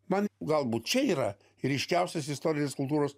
man galbūt čia yra ryškiausias istorijos kultūros